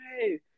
hey